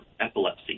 epilepsy